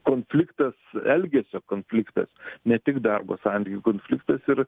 konfliktas elgesio konfliktas ne tik darbo santykių konfliktas ir